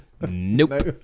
nope